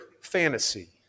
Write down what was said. fantasy